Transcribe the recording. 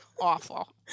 Awful